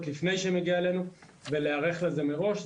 לפני שהיא מגיעה אלינו ולהיערך לזה מראש.